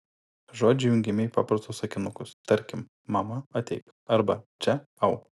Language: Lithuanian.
žodžiai jungiami į paprastus sakinukus tarkim mama ateik arba čia au